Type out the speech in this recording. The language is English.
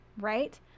right